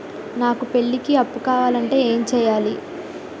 నాకు పెళ్లికి అప్పు కావాలంటే ఏం చేయాలి?